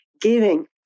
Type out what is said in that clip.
giving